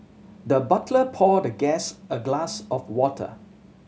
the butler poured the guest a glass of water